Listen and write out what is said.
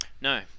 No